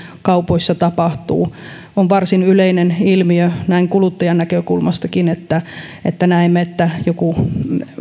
kaupoissa tapahtuu on varsin yleinen ilmiö näin kuluttajan näkökulmastakin että että kun on joku